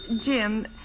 Jim